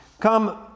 Come